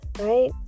right